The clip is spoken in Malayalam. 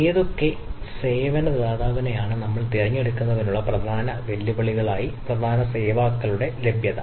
ഏതൊക്കെ സേവന ദാതാവിനെയാണ് നമ്മൾ തിരഞ്ഞെടുക്കുന്നതിനുള്ള പ്രധാന വെല്ലുവിളിയാണ് ഒന്നിലധികം സേവന ദാതാക്കളുടെ ലഭ്യത